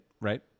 Right